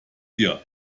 dir